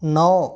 नौ